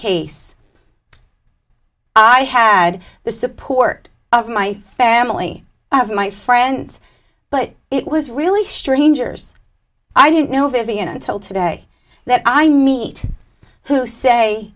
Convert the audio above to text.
case i had the support of my family my friends but it was really strangers i didn't know vivian until today that i meet who say